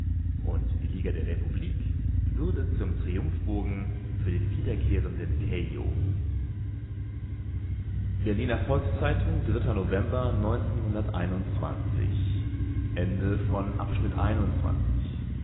und die liga der republik würde zum triumphbogen für den wiederkehrenden caillaux berliner volks-zeitung november